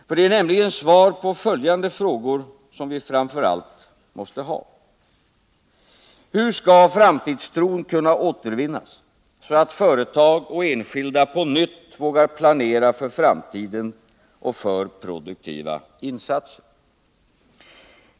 För det är nämligen svar på följande frågor som vi framför allt måste ha: Hur skall framtidstron kunna återvinnas så att företag och enskilda på nytt vågar planera för framtiden och för produktiva insatser?